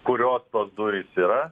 kurios tos durys yra